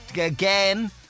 Again